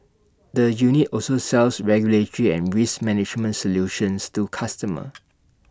the unit also sells regulatory and risk management solutions to customers